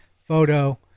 Photo